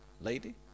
lady